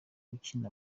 ukina